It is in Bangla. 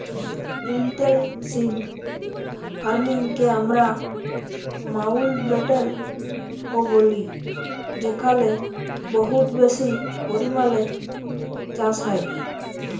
ইলটেলসিভ ফার্মিং কে আমরা মাউল্টব্যাটেল ও ব্যলি যেখালে বহুত বেশি পরিমালে চাষ হ্যয়